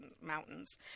mountains